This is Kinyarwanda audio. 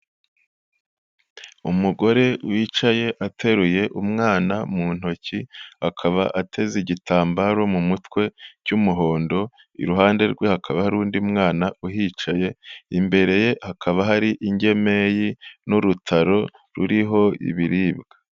Umugore wicaye ateruye umwana mu ntoki, akaba ateze igitambaro mu mutwe cy'umuhondo, iruhande rwe hakaba hari undi mwana uhicaye, imbere ye hakaba hari ingemeri n'urutaro ruriho ibiribwa.